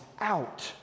out